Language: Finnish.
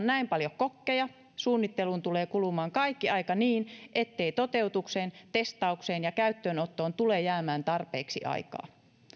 näin paljon kokkeja suunnitteluun tulee kulumaan kaikki aika niin ettei toteutukseen testaukseen ja käyttöönottoon tule jäämään tarpeeksi aikaa